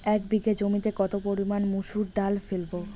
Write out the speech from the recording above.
এক বিঘে জমিতে কত পরিমান মুসুর ডাল ফেলবো?